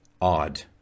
odd